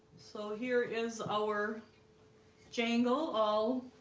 so here is our jangle all